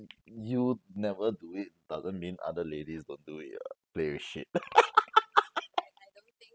you never do it doesn't mean other ladies don't do it ah play with shit